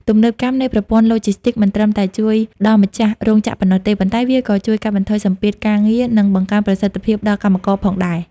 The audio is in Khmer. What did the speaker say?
ទំនើបកម្មនៃប្រព័ន្ធឡូជីស្ទីក មិនត្រឹមតែជួយដល់ម្ចាស់រោងចក្រប៉ុណ្ណោះទេ ប៉ុន្តែវាក៏ជួយកាត់បន្ថយសម្ពាធការងារ និងបង្កើនប្រសិទ្ធភាពដល់កម្មករផងដែរ។